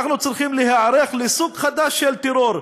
אנחנו צריכים להיערך לסוג חדש של טרור,